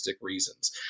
reasons